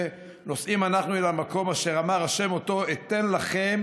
נֹסעים אנחנו אל המקום אשר אמר ה' אֹתו אתן לכם